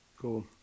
cool